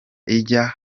ijya